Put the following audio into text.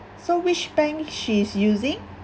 so which bank she's using